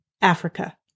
Africa